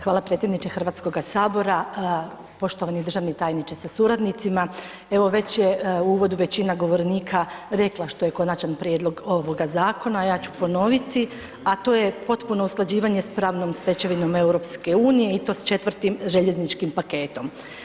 Hvala predsjedniče Hrvatskoga sabora, poštovani državni tajniče sa suradnicima, evo već je u uvodu većina govornika rekla što je konačan prijedlog ovoga zakona a ja ću ponoviti, a to je potpuno usklađivanje s pravnom stečevinom EU i to s 4 željezničkim paketom.